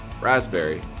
raspberry